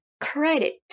credit